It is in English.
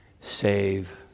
save